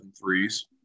threes